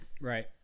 Right